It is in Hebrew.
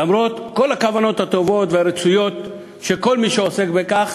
למרות כל הכוונת הטובות והרצויות של כל מי שעוסק בכך,